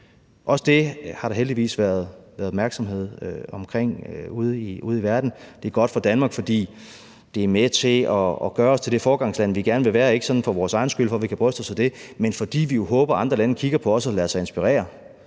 Også det har der heldigvis været opmærksomhed på ude i verden, og det er godt for Danmark, fordi det er med til at gøre os til det foregangsland, vi gerne vil være, ikke for vores egen skyld, for at vi kan bryste os af det, men fordi vi håber, at andre lande kigger på os og lader sig inspirere